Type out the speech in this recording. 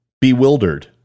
bewildered